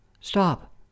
Stop